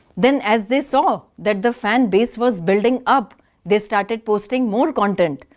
then as they saw that the fan base was building up they started posting more content.